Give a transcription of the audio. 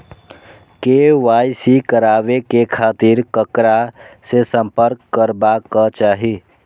KYC कराबे के खातिर ककरा से संपर्क करबाक चाही?